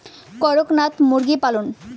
করকনাথ মুরগি পালন?